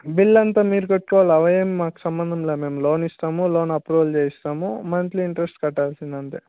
bill అంత మీరు కట్టుకోవాలి అవి ఏమి మాకు సంబంధం లేదు మేము లోన్ ఇస్తాము లోన్ అప్రూవల్ చేయిస్తాము మంత్లీ ఇంటరెస్ట్ కట్టాల్సింది అంతే